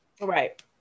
right